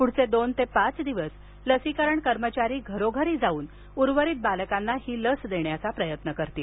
पूढचे दोन ते पाच दिवस लसीकरण कर्मचारी घरोघरी जाऊन उर्वरित बालकांना ही लस देण्याचा प्रयत्न करतील